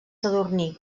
sadurní